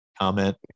comment